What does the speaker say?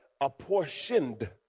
Apportioned